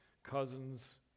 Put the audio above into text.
Cousins